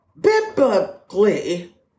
biblically